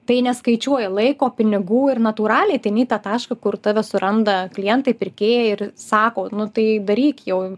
tai neskaičiuoji laiko pinigų ir natūraliai ateini į tą tašką kur tave suranda klientai pirkėjai ir sako nu tai daryk jau